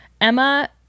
Emma